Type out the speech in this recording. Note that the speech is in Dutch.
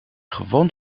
gewoon